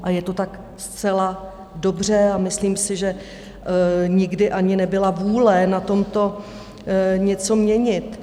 A je to tak zcela dobře a myslím si, že nikdy ani nebyla vůle na tomto něco měnit.